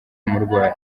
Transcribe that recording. umurwayi